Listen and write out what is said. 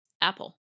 Apple